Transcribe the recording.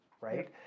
right